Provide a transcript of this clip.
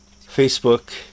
Facebook